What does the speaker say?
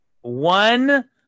One